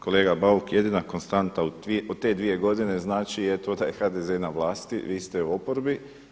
Kolega Bauk, jedina konstanta u te dvije godine znači to da je HDZ na vlasti, vi ste u oporbi.